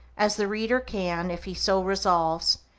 as the reader can, if he so resolves,